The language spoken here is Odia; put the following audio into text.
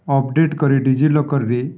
ଅପଡ଼େଟ୍ କରି ଡି ଜିି ଲକର୍ରେ